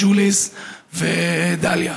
ג'וליס ודאליה.